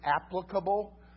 applicable